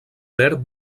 verd